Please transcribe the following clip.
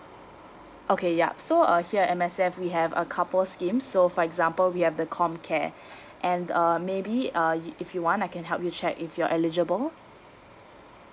okay yup so uh here at M_S_F we have a couple scheme so for example we have the comcare and uh maybe uh you if you want I can help you check if you're eligible